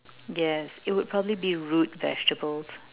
yes it would probably be root vegetable